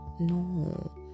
no